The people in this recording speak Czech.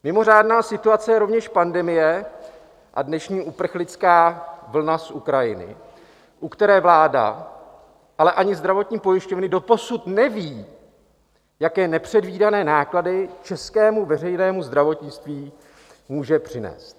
Mimořádná situace je rovněž pandemie a dnešní uprchlická vlna z Ukrajiny, u které vláda, ale ani zdravotní pojišťovny doposud nevědí, jaké nepředvídané náklady českému veřejnému zdravotnictví může přinést.